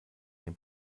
den